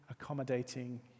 accommodating